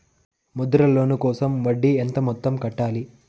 Mudra loan కోసం వడ్డీ ఎంత మొత్తం కట్టాలి